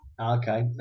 Okay